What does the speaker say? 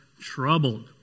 troubled